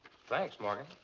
thanks, morgan.